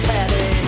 Patty